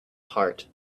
heart